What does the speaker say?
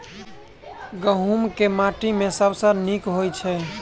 गहूम केँ माटि मे सबसँ नीक होइत छै?